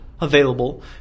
available